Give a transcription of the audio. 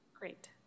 great